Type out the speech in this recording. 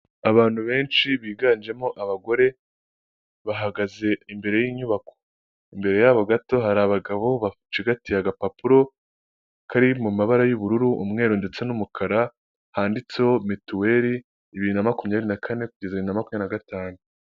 Abantu benshi biganjemo abagore bahagaze imbere yinyubako imbere yabo gato hari abagabo bacigatiye agapapuro kari mu mumabara y'ubururu, umweru ndetse n'umukara handitseho mituweri bibiri na makumyabiri na kane kugeza bibiri na makumyabiri na gatanu.